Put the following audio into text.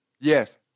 Yes